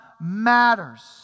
matters